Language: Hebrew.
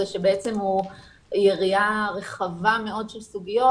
שבעצם הוא יריעה רחבה מאוד של סוגיות,